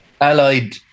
allied